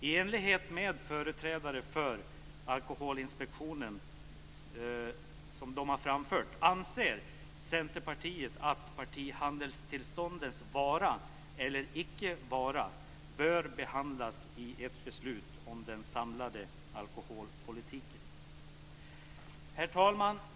I enlighet med vad företrädare för Alkoholinspektionen har anfört anser Centerpartiet att partihandelstillståndens vara eller icke vara bör behandlas i ett beslut om den samlade alkoholpolitiken. Herr talman!